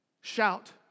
shout